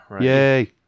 Yay